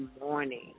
morning